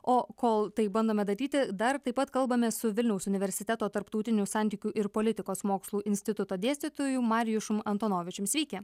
o kol tai bandome daryti dar taip pat kalbamės su vilniaus universiteto tarptautinių santykių ir politikos mokslų instituto dėstytoju marijušum antonovičium sveiki